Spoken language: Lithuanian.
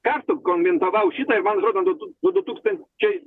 kartų komentavau šitą ir man atrodo nuo du nuo du tūkstančiai